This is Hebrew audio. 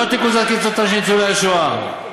לא תקוזז קצבתם של ניצולי שואה,